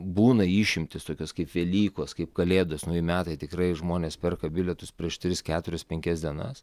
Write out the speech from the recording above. būna išimtys tokios kaip velykos kaip kalėdos nauji metai tikrai žmonės perka bilietus prieš tris keturias penkias dienas